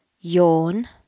yawn